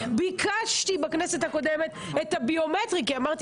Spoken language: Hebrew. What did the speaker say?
ביקשתי בכנסת הקודמת את הביומטרי כי אמרתי